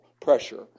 pressure